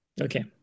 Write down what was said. Okay